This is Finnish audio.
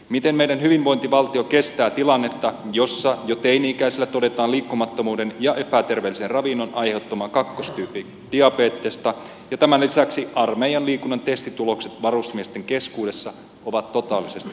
miten meidän hyvinvointivaltiomme kestää tilannetta jossa jo teini ikäisillä todetaan liikkumattomuuden ja epäterveellisen ravinnon aiheuttamaa kakkostyypin diabetesta ja tämän lisäksi armeijan liikunnan testitulokset varusmiesten keskuudessa ovat totaalisesti romahtaneet